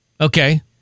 Okay